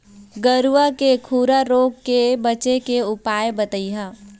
गरवा के खुरा रोग के बचाए के उपाय बताहा?